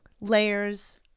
layers